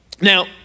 Now